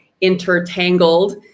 intertangled